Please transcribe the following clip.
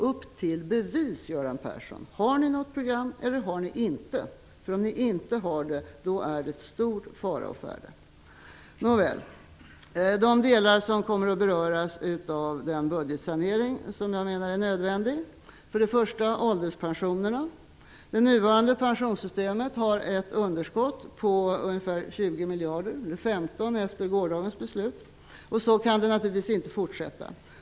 Upp till bevis, Göran Persson! Har ni något program, eller har ni inte det? Om ni inte har det, är det stor fara å färde. De delar som kommer att beröras av den budgetsanering som jag menar är nödvändig är följande: För det första gäller det ålderspensionerna. Det nuvarande pensionssystemet ger ett årligt underskott på ungefär 20 miljarder -- det blir 15 miljarder efter gårdagens beslut. Så kan det naturligtvis inte fortsätta.